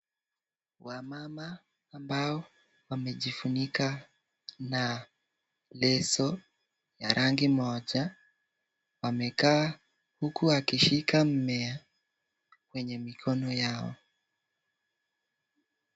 Wamama ambao wamejifunika na leso ya rangi moja wamekaa huku wakishika mmea kwenye mikono yao.